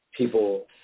people